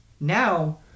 now